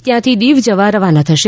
ત્યાંથી દિવ જવા રવાના થશે